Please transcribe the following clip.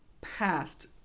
past